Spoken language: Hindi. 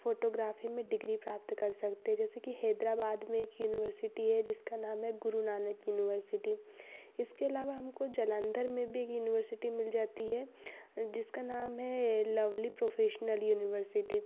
फ़ोटोग्राफ़ी में डिग्री प्राप्त कर सकते हैं जैसे कि हैदराबाद में एक यूनिवर्सिटी है जिसका नाम है गुरु नानक यूनिवर्सिटी इसके अलावा हमको जालंधर में भी एक यूनिवर्सिटी मिल जाती है जिसका नाम है लवली प्रोफेशनल यूनिवर्सिटी